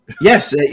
yes